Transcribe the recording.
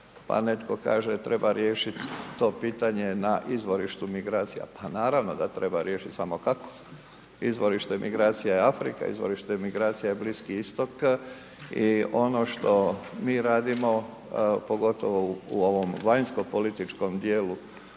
netko kaže treba riješiti to pitanje na izvorištu migracija. Pa naravno da treba riješiti, samo kako? Izvorište migracija je Afrika, izvorište migracija je Bliski Istok. I ono što mi radimo, pogotovo u ovom vanjskopolitičkom dijelu